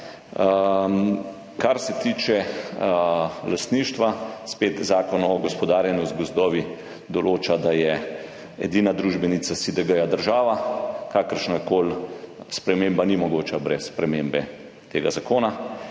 Kar se tiče lastništva, spet Zakon o gospodarjenju z gozdovi določa, da je edina družbenica SiDG država. Kakršnakoli sprememba ni mogoča brez spremembe tega zakona.